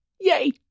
Yay